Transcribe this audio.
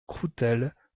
croutelle